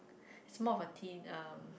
it's more of a thin um